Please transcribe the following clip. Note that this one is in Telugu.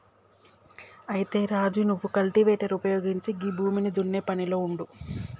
అయితే రాజు నువ్వు కల్టివేటర్ ఉపయోగించి గీ భూమిని దున్నే పనిలో ఉండు